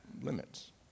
limits